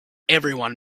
everyone